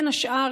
בין השאר,